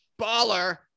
baller